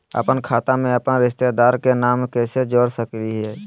अपन खाता में अपन रिश्तेदार के नाम कैसे जोड़ा सकिए हई?